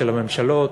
של הממשלות